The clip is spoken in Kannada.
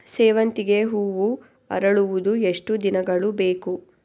ಸೇವಂತಿಗೆ ಹೂವು ಅರಳುವುದು ಎಷ್ಟು ದಿನಗಳು ಬೇಕು?